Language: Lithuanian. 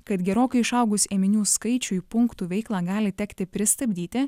kad gerokai išaugus ėminių skaičiui punktų veiklą gali tekti pristabdyti